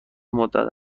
مدت